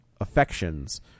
Affections